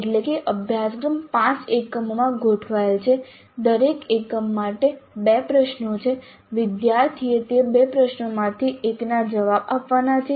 એટલે કે અભ્યાસક્રમ 5 એકમોમાં ગોઠવાયેલ છે દરેક એકમ માટે 2 પ્રશ્નો છે વિદ્યાર્થીએ તે 2 પ્રશ્નોમાંથી 1 ના જવાબ આપવાના છે